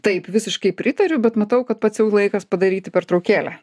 taip visiškai pritariu bet matau kad pats jau laikas padaryti pertraukėlę